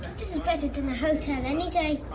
better than a hotel any day.